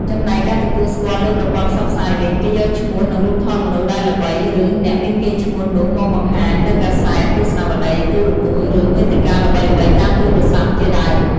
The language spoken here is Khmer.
ចំណែកការទទួលស្គាល់លើប្រព័ន្ធផ្សព្វផ្សាយវិញ គេយកឈ្មោះ និងរូបថតមនុស្សដែលល្បី ឬ អ្នកមានកេរ្តិ៍ឈ្មោះនោះមកបង្ហាញលើកាសែត ទស្សនាវដ្តី ទូរទស្សន៍ ឬ វេទិកាល្បីៗតាមទូរស័ព្ទជាដើម។